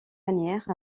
manière